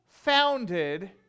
founded